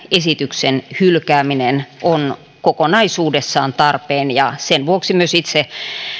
esityksen hylkääminen on kokonaisuudessaan tarpeen ja sen vuoksi myös itse